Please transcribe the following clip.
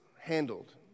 handled